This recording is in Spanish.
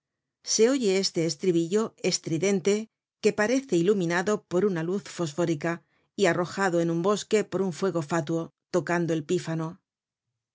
se oye este estribillo estridente que parece iluminado por una luz fosfórica y arrojado en un bosque por un fuego fátuo tocando el pífano